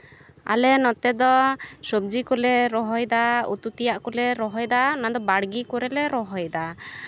ᱟᱞᱮ ᱱᱚᱛᱮ ᱫᱚ ᱥᱚᱵᱽᱡᱤ ᱠᱚᱞᱮ ᱨᱚᱦᱚᱭᱫᱟ ᱩᱛᱩ ᱛᱮᱭᱟᱜ ᱠᱚᱞᱮ ᱨᱚᱦᱚᱭᱫᱟ ᱚᱱᱟᱫᱚ ᱵᱟᱲᱜᱮ ᱠᱚᱨᱮᱞᱮ ᱨᱚᱦᱚᱭᱫᱟ